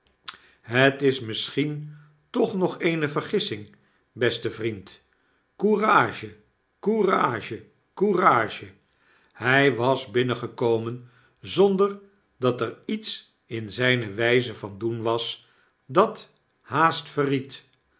het is misschien toch nog eene vergissing beste vriend courage courage co ur age hy was binnengekomen zonder dat er iets in zyne wyze van doen was dat haast